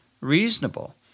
reasonable